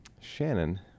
Shannon